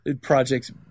projects